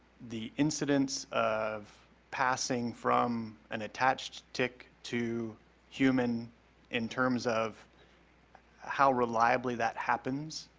the incidence of passing from an attached tick to human in terms of how reliably that happens